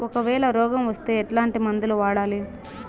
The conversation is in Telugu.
ఒకవేల రోగం వస్తే ఎట్లాంటి మందులు వాడాలి?